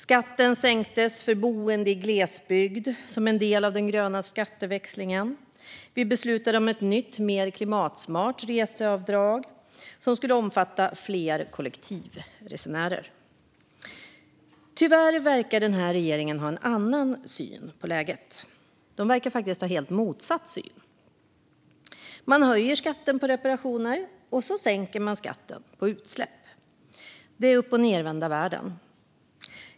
Skatten sänktes för boende i glesbygd som en del av den gröna skatteväxlingen. Vi beslutade om ett nytt, mer klimatsmart reseavdrag som skulle omfatta fler kollektivtrafikresenärer. Tyvärr verkar den här regeringen ha en annan syn på läget; den verkar faktiskt ha helt motsatt syn. Man höjer skatten på reparationer. Sedan sänker man skatten på utsläpp. Det är uppochnedvända världen.